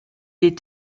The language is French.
est